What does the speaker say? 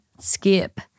skip